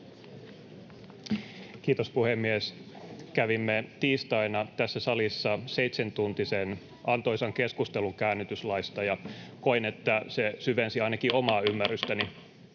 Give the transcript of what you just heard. Kiitos, puhemies! Kävimme tiistaina tässä salissa seitsentuntisen antoisan keskustelun käännytyslaista, ja koen, että se syvensi [Hälinää